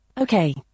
Okay